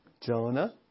Jonah